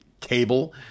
cable